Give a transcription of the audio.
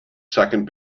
second